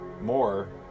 more